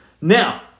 Now